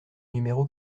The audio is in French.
numéro